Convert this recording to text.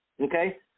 Okay